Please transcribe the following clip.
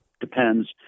depends